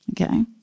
Okay